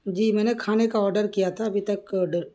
جی میں نے کھانے کا آرڈر کیا تھا ابھی تک آڈر